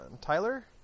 tyler